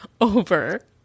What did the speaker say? over